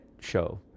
show